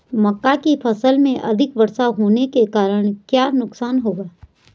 मक्का की फसल में अधिक वर्षा होने के कारण क्या नुकसान होगा?